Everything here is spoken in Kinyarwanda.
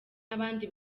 n’abandi